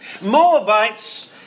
Moabites